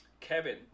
Kevin